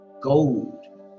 gold